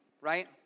right